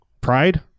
pride